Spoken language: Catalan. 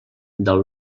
del